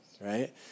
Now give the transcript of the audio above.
right